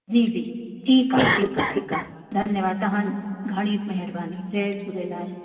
जी जी ठीकु आहे ठीकु आहे ठीकु आहे धन्यवादु तव्हां घणी महिरबानी जय झूलेलाल